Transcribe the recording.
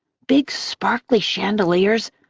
big sparkly chandeliers.